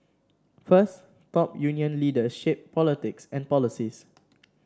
first top union leaders shape politics and policies